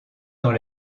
dans